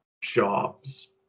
jobs